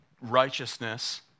righteousness